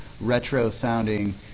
retro-sounding